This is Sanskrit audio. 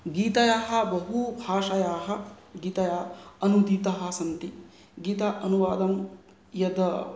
गीतायाः बहु भाषायाः गीता अनुदितः सन्ति गीता अनुवादं यत्